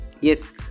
yes